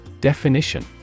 Definition